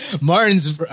Martin's